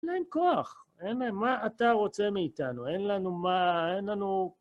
אין כוח. מה אתה רוצה מאיתנו? אין לנו מה, אין לנו...